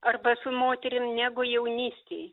arba su moterim negu jaunystėj